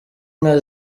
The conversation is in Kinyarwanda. nka